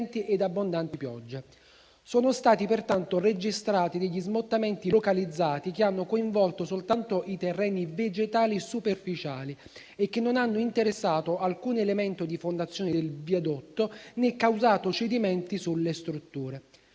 Sono stati pertanto registrati degli smottamenti localizzati che hanno coinvolto soltanto i terreni vegetali superficiali e che non hanno interessato alcun elemento di fondazione del viadotto né causato cedimenti sulle strutture.